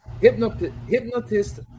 Hypnotist